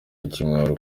ikimwaro